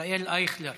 חבר כנסת ישראל אייכלר